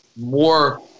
more